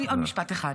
עוד משפט אחד.